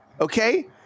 okay